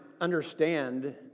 understand